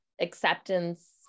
acceptance